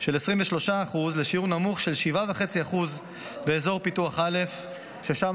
של 23% לשיעור נמוך של 7.5% באזור פיתוח א' ששם,